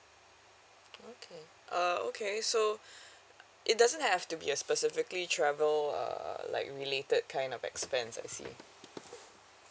okay err okay so it doesn't have to be a specifically travel uh like related kind of expense I see